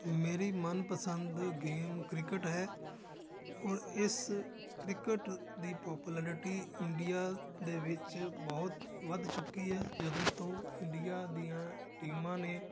ਮੇਰੀ ਮਨ ਪਸੰਦ ਗੇਮ ਕ੍ਰਿਕਟ ਹੈ ਔਰ ਇਸ ਕ੍ਰਿਕਟ ਦੀ ਪੋਪੂਲੈਰੀਟੀ ਇੰਡੀਆ ਦੇ ਵਿੱਚ ਬਹੁਤ ਵੱਧ ਚੁੱਕੀ ਹੈ ਜਦੋਂ ਤੋਂ ਇੰਡੀਆ ਦੀਆਂ ਟੀਮਾਂ ਨੇ